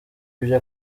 ibyo